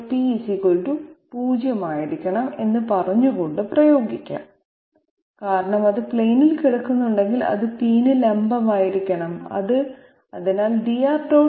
p 0 ആയിരിക്കണം എന്ന് പറഞ്ഞുകൊണ്ട് പ്രയോഗിക്കാം കാരണം അത് പ്ലെയിനിൽ കിടക്കുന്നുണ്ടെങ്കിൽ അത് p ന് ലംബമായിരിക്കണം അതിനാൽ dR